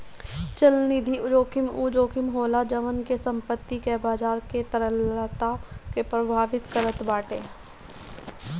चलनिधि जोखिम उ जोखिम होला जवन की संपत्ति कअ बाजार के तरलता के प्रभावित करत बाटे